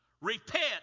Repent